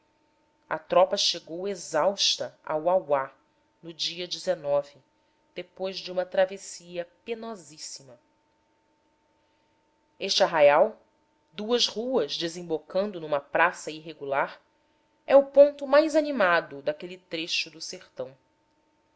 a tropa chegou exausta a uauá no dia depois de uma travessia penosíssima este arraial duas ruas desembocando numa praça irregular é o ponto mais animado daquele trecho do sertão